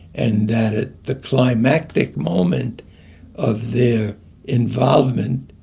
and that at the climactic moment of their involvement,